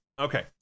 okay